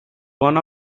one